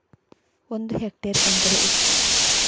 ಒಂದು ಹೆಕ್ಟೇರ್ ಎಂದರೆ ಎಷ್ಟು?